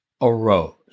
arose